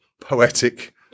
poetic